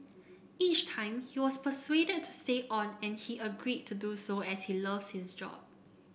each time he was persuaded to stay on and he agreed to do so as he loves his job